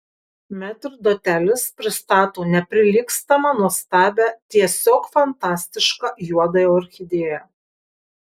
metrdotelis pristato neprilygstamą nuostabią tiesiog fantastišką juodąją orchidėją